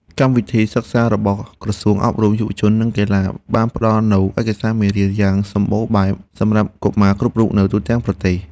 កម្មវិធីសិក្សារបស់ក្រសួងអប់រំ យុវជន និងកីឡា បានផ្តល់នូវឯកសារមេរៀនយ៉ាងសម្បូរបែបសម្រាប់កុមារគ្រប់រូបនៅទូទាំងប្រទេស។